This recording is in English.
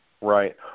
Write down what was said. Right